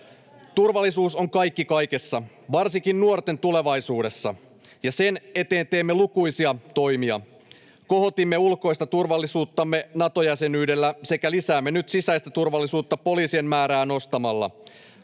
Turvallisuus on kaikki kaikessa, varsinkin nuorten tulevaisuudessa, ja sen eteen teemme lukuisia toimia: Kohotimme ulkoista turvallisuuttamme Nato-jäsenyydellä sekä lisäämme nyt sisäistä turvallisuutta poliisien määrää nostamalla.